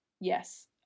yes